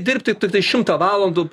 dirbti tiktai šimtą valandų